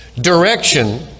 direction